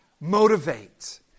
motivate